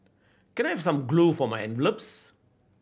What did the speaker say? can I have some glue for my envelopes